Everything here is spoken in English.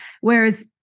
Whereas